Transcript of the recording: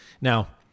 Now